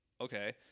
okay